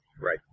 Right